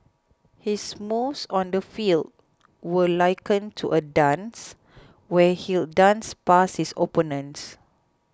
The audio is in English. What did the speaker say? his moves on the field were likened to a dance where he'd dance past his opponents